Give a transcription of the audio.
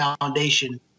foundation